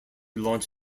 launch